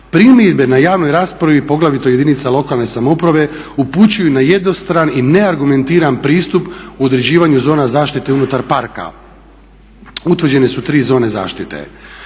Primjedbe na javnoj raspravi, poglavito jedinica lokalne samouprave upućuju na jednostran i neargumentiran pristup u određivanju zona zaštite unutar parka, utvrđene su tri zone zaštite.